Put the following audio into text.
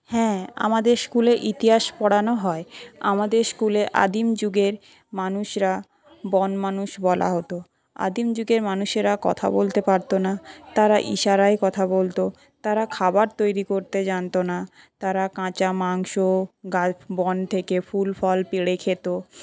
হ্যাঁ আমাদের স্কুলে ইতিহাস পড়ানো হয় আমাদের স্কুলে আদিম যুগের মানুষরা বনমানুষ বলা হত আদিম যুগের মানুষরা কথা বলতে পারত না তারা ইসারায় কথা বলতো তারা খাবার তৈরি করতে জানত না তারা কাঁচা মাংস গাল বন থেকে ফুল ফল পেড়ে খেত